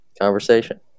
conversation